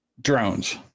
drones